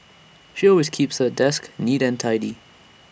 she always keeps her desk neat and tidy